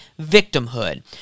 victimhood